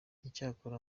icyakora